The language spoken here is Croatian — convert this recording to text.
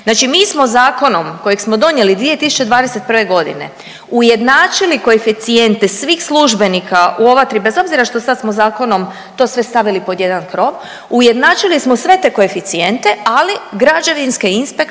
Znači mi smo zakonom kojeg smo donijeli 2021. godine ujednačili koeficijente svih službenika u ova tri bez obzira što sad smo zakonom to sve stavili pod jedan krov, ujednačili smo sve te koeficijente ali građevinske inspektore